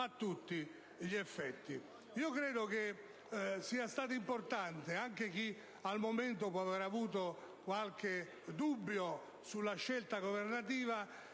a tutti gli effetti. Credo che sia stato importante, anche per chi al momento può aver avuto qualche dubbio sulla scelta governativa,